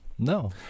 No